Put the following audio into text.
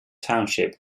township